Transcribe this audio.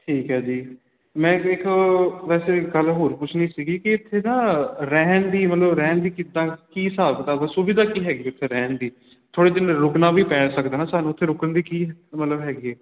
ਠੀਕ ਹੈ ਜੀ ਮੈਂ ਦੇਖੋ ਵੈਸੇ ਗੱਲ ਹੋਰ ਪੁੱਛਣੀ ਸੀਗੀ ਕਿ ਇਥੇ ਨਾ ਰਹਿਣ ਲਈ ਮਤਲਬ ਰਹਿਣ ਲਈ ਕਿੱਦਾਂ ਕੀ ਹਿਸਾਬ ਕਿਤਾਬ ਸੁਵਿਧਾ ਕੀ ਹੈਗੀ ਉੱਥੇ ਰਹਿਣ ਦੀ ਥੋੜੇ ਦਿਨ ਰੁਕਣਾ ਵੀ ਪੈ ਸਕਦਾ ਨਾ ਸਾਨੂੰ ਉੱਥੇ ਰੁਕਣ ਵੀ ਕੀ ਹੈ ਮਤਲਬ ਹੈਗੇ